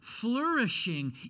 flourishing